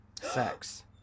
sex